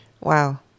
Wow